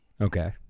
Okay